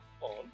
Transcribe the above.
on